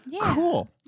cool